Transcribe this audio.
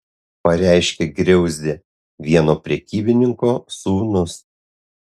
pareiškė griauzdė vieno prekybininko sūnus